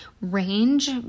range